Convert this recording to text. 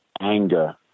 anger